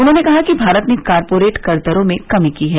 उन्होंने कहा कि भारत ने कार्पोरेट कर दरों में कमी की है